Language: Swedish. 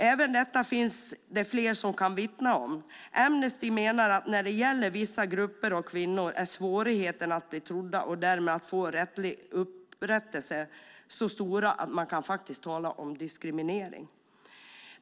Även detta finns det fler som kan vittna om. Amnesty menar att när det gäller vissa grupper av kvinnor är svårigheten att bli trodd och därmed att få rättslig upprättelse så stor att man kan tala om diskriminering.